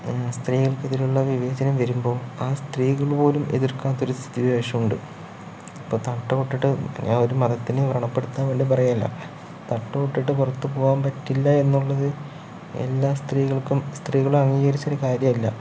സ്ത്രീകൾക്കെതിരെയുള്ള വിവേചനം വരുമ്പോൾ ആ സ്ത്രീകൾ പോലും എതിർക്കാത്ത ഒരു സ്ഥിതി വിശേഷം ഉണ്ട് ഇപ്പോൾ തട്ടമിട്ടിട്ട് ഞാൻ ഒരു മതത്തിനേയും വൃണപ്പെടുത്താൻ വേണ്ടി പറയല്ല തട്ടമിട്ടിട്ട് പുറത്തു പോകാൻ പറ്റില്ല എന്നുള്ളത് എല്ലാ സ്ത്രീകൾക്കും സ്ത്രീകളും അംഗീകരിച്ചൊരു കാര്യമല്ല